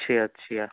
اچھا اچھا